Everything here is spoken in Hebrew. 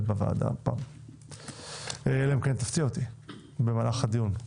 בוועדה אלא אם כן תפתיע אותי במהלך הדיון.